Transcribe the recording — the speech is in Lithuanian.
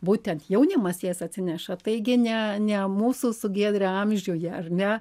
būtent jaunimas jas atsineša taigi ne ne mūsų su giedre amžiuje ar ne